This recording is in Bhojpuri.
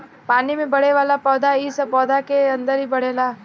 पानी में बढ़ेवाला पौधा इ पौधा पानी के अंदर ही बढ़ेला